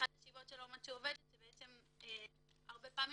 אחת הסיבות שלא מצאו עובדת היא בגלל שהרבה פעמים